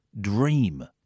dream